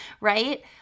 right